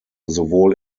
sowohl